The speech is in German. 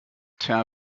tja